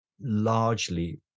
largely